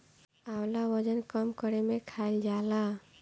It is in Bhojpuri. आंवला वजन कम करे में खाईल जाला